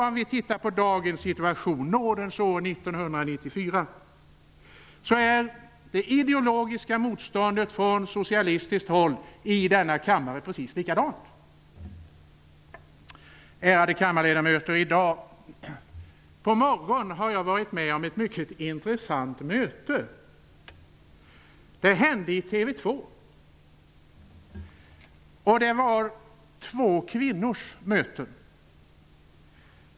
Om vi tittar på dagens situation, nådens år 1994, är det ideologiska motståndet från socialistiskt håll i denna kammare precis likadant. Ärade kammarledamöter! I dag på morgonen var jag med om ett mycket intressant möte. Det ägde rum i TV 2. Det var två kvinnors möten.